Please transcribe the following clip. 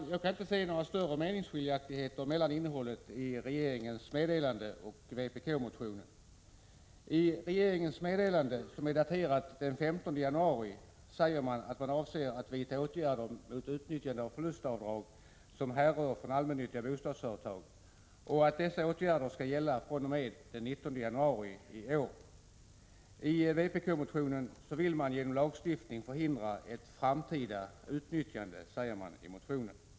Jag kan inte se att regeringens meddelande och vpkmotionen tyder på några större meningsskiljaktigheter. I regeringens meddelande, som är daterat den 15 januari, sägs att man avser att vidta åtgärder mot utnyttjande av förlustavdrag som härrör från allmännyttiga bostadsföretag och att dessa åtgärder skall gälla fr.o.m. den 19 januari i år. I vpk-motionen vill man genom lagstiftning förhindra ett framtida utnyttjande av sådana förlustavdrag.